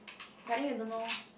but then you don't know